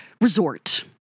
resort